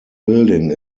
building